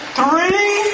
three